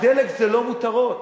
הדלק זה לא מותרות.